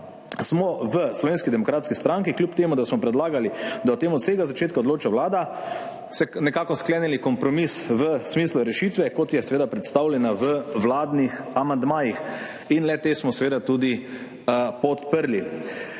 smo v Slovenski demokratski stranki, kljub temu da smo predlagali, da o tem od vsega začetka odloča Vlada, sklenili kompromis v smislu rešitve, kot je predstavljena v vladnih amandmajih, in le-te smo tudi podprli.